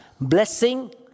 blessing